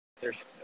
There's-